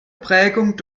prägung